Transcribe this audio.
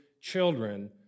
children